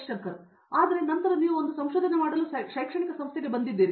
ಶಂಕರನ್ ಆದರೆ ನಂತರ ನೀವು ಒಂದು ಸಂಶೋಧನೆ ಮಾಡಲು ಒಂದು ಶೈಕ್ಷಣಿಕ ಸಂಸ್ಥೆಗೆ ಬಂದಿದ್ದೀರಿ